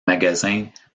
magasins